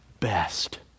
best